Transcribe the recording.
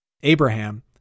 Abraham